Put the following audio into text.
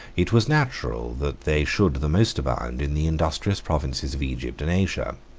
it was natural that they should the most abound in the industrious provinces of egypt and asia.